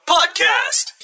Podcast